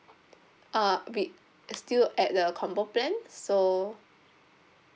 uh we still at the combo plan so